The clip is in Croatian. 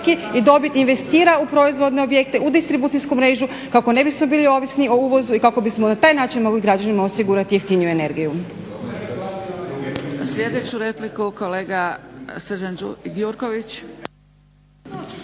iz tvrtki investira u proizvodne objekte, u distribucijsku mrežu kako ne bismo bili ovisni o uvozu i kako bismo na taj način mogli građanima osigurati jeftiniju energiju.